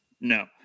No